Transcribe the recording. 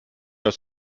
aus